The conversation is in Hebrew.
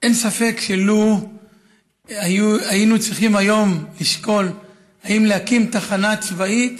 שאין ספק שלו היינו צריכים היום לשקול אם להקים תחנה צבאית,